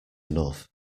enough